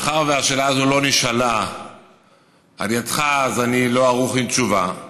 מאחר שהשאלה הזאת לא נשאלה על ידך אז אני לא ערוך עם תשובה,